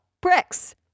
bricks